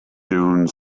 dune